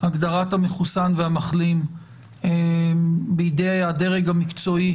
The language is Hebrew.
הגדרת המחוסן והמחלים בידי הדרג המקצועי,